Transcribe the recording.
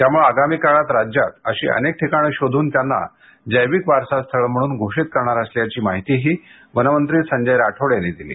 त्यामुळे आगामी काळात राज्यात अशी अनेक ठिकाणे शोधून त्यांना जैविक वारसा स्थळे म्हणून घोषित करणार असल्याची माहितीही वनमंत्री संजय राठोड यांनी दिली